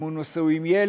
אם הוא נשוי עם ילד,